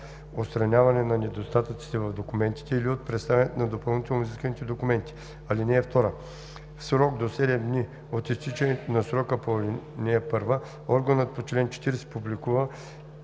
отстраняване на недостатъците в документите или от представянето на допълнително изисканите документи. (2) В срок до 7 дни от изтичането на срока по ал. 1 органът по чл. 40 публикува